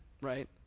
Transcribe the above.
Right